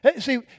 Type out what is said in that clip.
See